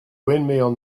windmill